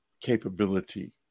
capability